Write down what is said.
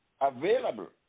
available